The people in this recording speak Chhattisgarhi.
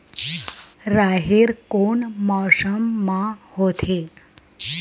राहेर कोन मौसम मा होथे?